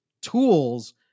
tools